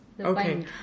Okay